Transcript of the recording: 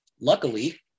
luckily